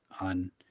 on